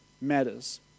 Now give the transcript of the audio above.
matters